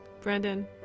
Brandon